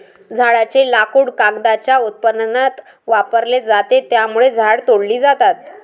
झाडांचे लाकूड कागदाच्या उत्पादनात वापरले जाते, त्यामुळे झाडे तोडली जातात